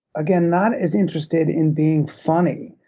again, not as interested in being funny.